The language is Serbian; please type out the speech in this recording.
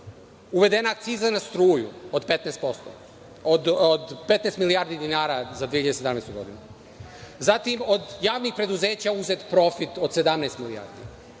Uvedena je akciza na struju od 15%, od 15 milijardi dinara 2017. godine. Zatim, od javnih preduzeća uzet profit od 17 milijardi.